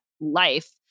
life